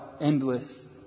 endless